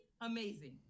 amazing